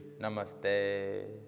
Namaste